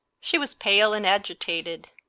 she was pale and agitated.